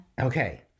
Okay